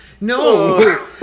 no